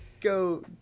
go